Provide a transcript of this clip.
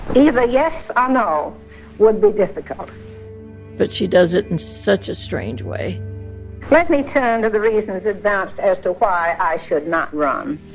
either yes or um no would be difficult but she does it in such a strange way let me turn to the reasons advanced as to why i should not run.